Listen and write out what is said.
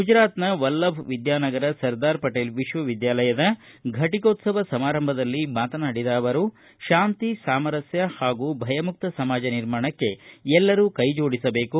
ಗುಜರಾತನ ವಲ್ಲಭ ವಿದ್ಯಾನಗರ ಸರ್ದಾರ ಪಟೇಲ ವಿಶ್ವವಿದ್ಯಾಲಯದ ಫಟಿಕೋತ್ಸವ ಸಮಾರಂಭದಲ್ಲಿ ಮಾತನಾಡಿದ ಅವರು ಶಾಂತಿ ಸಾಮರಸ್ಯ ಹಾಗೂ ಭಯಮುಕ್ತ ಸಮಾಜ ನಿರ್ಮಾಣಕ್ಕೆ ಎಲ್ಲರೂ ಕೈಜೋಡಿಸಬೇಕು